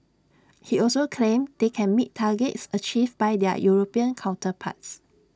he also claimed they can meet targets achieved by their european counterparts